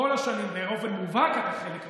כל השנים באופן מובהק אתה חלק ממנה,